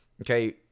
okay